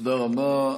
תודה רבה.